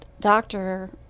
doctor